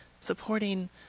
supporting